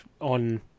on